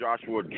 Joshua